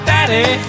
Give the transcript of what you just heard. Daddy